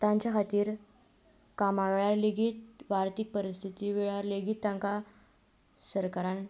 तांच्या खातीर कामा वेळार लेगीत वा आर्थीक परिस्थिती वेळार लेगीत तांकां सरकारान